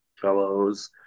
fellows